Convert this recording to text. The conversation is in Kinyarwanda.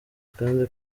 kandi